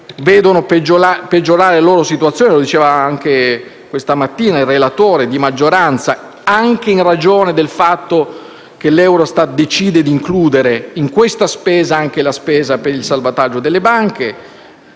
vedono peggiorare la loro situazione, come diceva stamattina anche il relatore, anche in ragione del fatto che l'Eurostat decide di includere in questa spesa anche quella per il salvataggio delle banche.